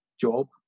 job